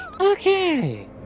Okay